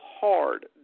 hard